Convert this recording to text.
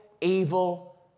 evil